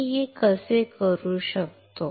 मी हे कसे करू शकतो